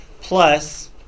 plus